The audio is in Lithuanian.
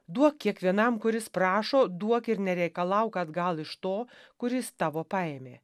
duok kiekvienam kuris prašo duok ir nereikalauk atgal iš to kuris tavo paėmė